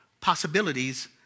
possibilities